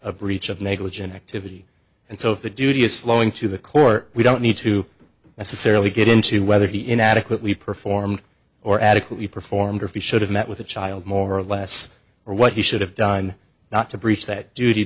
a breach of negligent activity and so if the duty is flowing to the court we don't need to necessarily get into whether he inadequately performed or adequately performed or fee should have met with the child more or less or what he should have done not to breach that duty